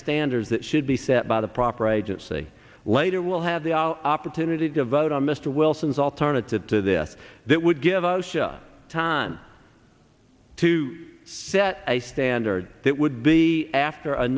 standards that should be set by the proper agency later we'll have the opportunity to vote on mr wilson's alternative to this that would give us your time to set a standard that would be after a